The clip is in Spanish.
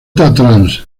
trans